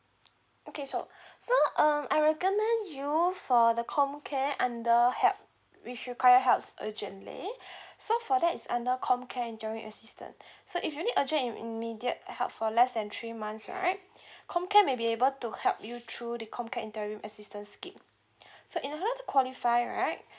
okay so so um I recommend you for the comcare under help which require helps urgently so for that is under comcare interim assistance so if you need urgent and immediate help for less than three months right comcare may be able to help you through the comcare interim assistance scheme so in order to qualify right